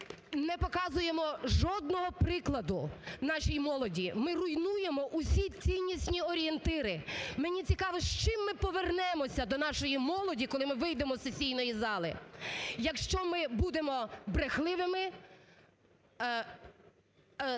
Ми не показуємо жодного прикладу нашій молоді, ми руйнуємо усі ціннісні орієнтири. Мені цікаво з чим ми повернемося до нашої молоді, коли ми вийдемо з сесійної зали, якщо ми будемо брехливими…